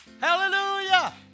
Hallelujah